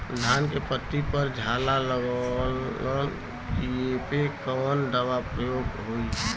धान के पत्ती पर झाला लगववलन कियेपे कवन दवा प्रयोग होई?